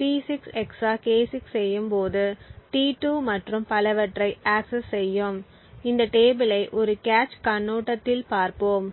P6 XOR K6 செய்யும் போது T2 மற்றும் பலவற்றை ஆக்கசஸ் செய்யும் இந்த டேபிளை ஒரு கேச் கண்ணோட்டத்தில் பார்ப்போம்